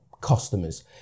customers